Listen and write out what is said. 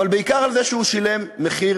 אבל בעיקר שהוא שילם מחיר,